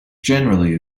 generally